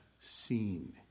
seen